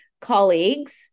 colleagues